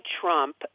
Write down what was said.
Trump